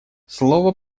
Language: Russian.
слово